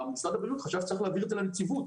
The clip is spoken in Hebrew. משרד הבריאות חשב שצריך להעביר את זה לנציבות,